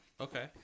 Okay